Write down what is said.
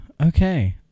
Okay